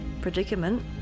predicament